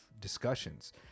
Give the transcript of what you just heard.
discussions